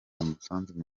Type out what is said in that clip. umusanzu